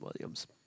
Williams